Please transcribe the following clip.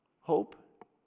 Hope